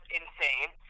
insane